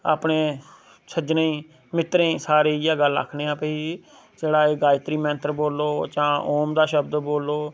अपने सज्जनें गी मित्तरें गी सारें गी इयै गल्ल आखने आं भाई जेह्ड़ा एह् गायत्री मंत्र बोल्लो जां ओम दा शब्द बोल्लो